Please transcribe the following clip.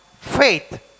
faith